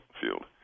field